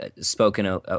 spoken